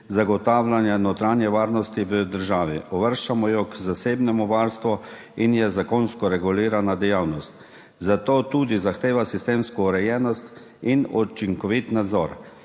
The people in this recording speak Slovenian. zagotavljanja notranje varnosti v državi. Uvrščamo jo k zasebnemu varstvu in je zakonsko regulirana dejavnost, zato tudi zahteva sistemsko urejenost in učinkovit nadzor.